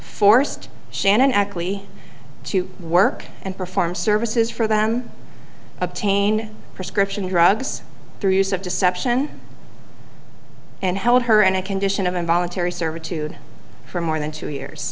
forced shannon actually to work and perform services for them obtain prescription drugs through use of deception and held her in a condition of involuntary servitude for more than two years